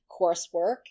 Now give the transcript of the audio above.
coursework